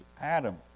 Adam